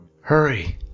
Hurry